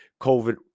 COVID